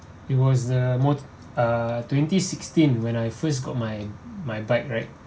it was a mot~ uh twenty sixteen when I first got my my bike right